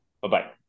Bye-bye